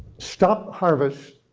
stop harvest,